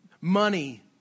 money